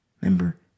Remember